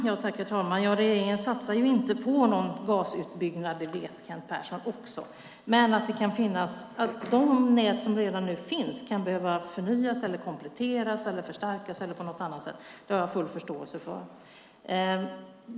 Herr talman! Regeringen satsar inte på någon gasutbyggnad. Det vet Kent Persson. Att det nät som redan finns kan behöva förnyas, kompletteras eller förstärkas har jag full förståelse för.